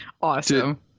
Awesome